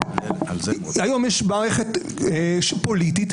היום יש מערכת פוליטית,